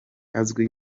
azwi